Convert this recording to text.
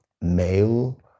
male